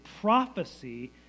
prophecy